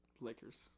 Lakers